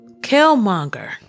Killmonger